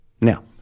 Now